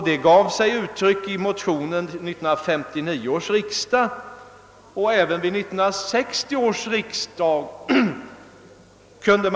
Det tog sig uttryck i motioner både till 1959 och 1960 års riksdagar.